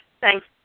Thanks